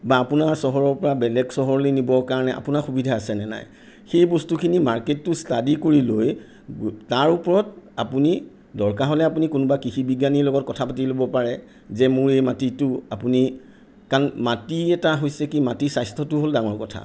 বা আপোনাৰ চহৰৰ পৰা বেলেগ চহৰলৈ নিবৰ কাৰণে আপোনাৰ সুবিধা আছেনে নাই সেই বস্তুখিনি মাৰ্কেটটো ষ্টাডি কৰি লৈ গৈ তাৰ ওপৰত আপুনি দৰকাৰ হ'লে আপুনি কোনোবা কৃষি বিজ্ঞানীৰ লগত কথা পাতি ল'ব পাৰে যে মোৰ এই মাটিটো আপুনি কাৰণ মাটি এটা হৈছে কি মাটি স্বাস্থ্যটো হ'ল ডাঙৰ কথা